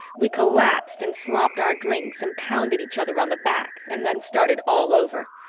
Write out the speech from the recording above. we collapsed and slopped our drinks and pounded each other on the back and then started all over.